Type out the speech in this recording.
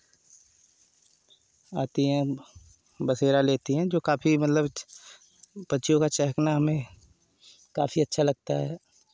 आती हैं बसेरा लेती हैं जो काफ़ी मतलब पक्षियों का चहकना हमें काफ़ी अच्छा लगता है